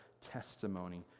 testimony